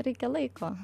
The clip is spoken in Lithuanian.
reikia laiko